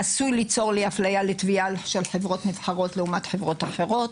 עשוי ליצור לי אפליה לתביעה של חברות נבחרות לעומת חברות אחרות,